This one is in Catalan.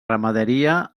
ramaderia